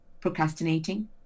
procrastinating